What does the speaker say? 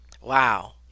Wow